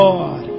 Lord